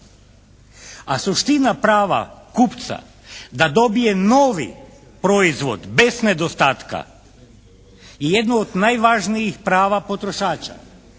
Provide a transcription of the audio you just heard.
a suština prava kupca da dobije novi proizvod bez nedostatka je jedno od najvažnijih prava potrošača.